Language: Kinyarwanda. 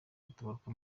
gutabaruka